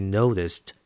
noticed